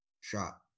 shot